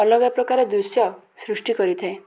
ଅଲଗା ପ୍ରକାର ଦୃଶ୍ୟ ସୃଷ୍ଟି କରିଥାଏ